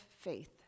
faith